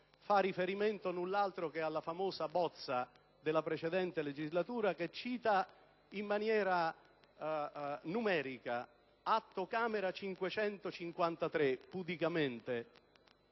fa riferimento null'altro che alla famosa bozza della precedente legislatura (che cita in maniera numerica, quasi pudicamente,«AC